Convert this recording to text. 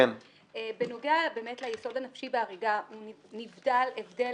בנוגע ליסוד הנפשי בהריגה הוא נבדל הבדל